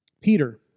Peter